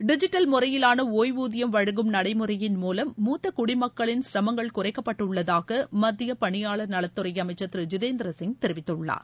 digital முறையிலான ஒய்வூதியம் வழங்கும் நடைமுறையின் மூவம் மூத்த குடிமக்களின் சிரமங்கள் குறைக்கப்பட்டுள்ளதாக மத்திய பணியாளர் நலத்துறை அமைச்சர் திரு ஜிதேந்திர சிங் தெரிவித்துள்ளார்